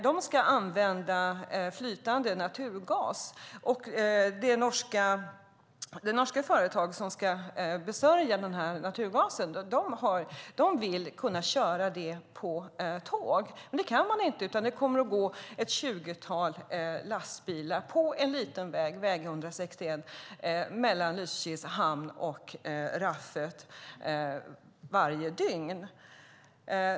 De ska använda flytande naturgas, och det norska företag som ska besörja naturgasen vill kunna köra den på tåg. Det kan man dock inte, utan det kommer att gå ett tjugotal lastbilar på en liten väg, väg 161, mellan Lysekils hamn och raffet varje dygn.